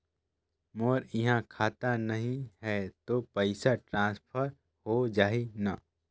मोर इहां खाता नहीं है तो पइसा ट्रांसफर हो जाही न?